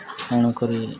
ତେଣୁକରି